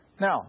Now